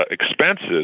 expenses